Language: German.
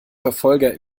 verfolger